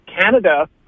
Canada